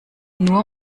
nur